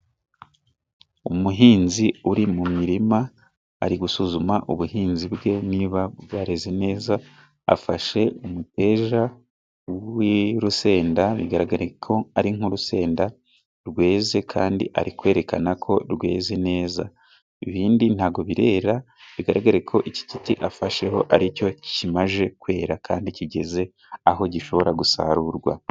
Umuhinzi uri mu mirima ari gusuzuma ubuhinzi bwe niba bwareze neza, afashe umuteja w'urusenda bigaragara ko ari nk'urusenda rweze kandi ari kwerekana ko rweze neza, ibindi ntago birera bigaragare ko iki giti afasheho aricyo kimaze kwera kandi kigeze aho gishobora gusarurwa.